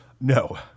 No